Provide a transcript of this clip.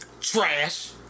Trash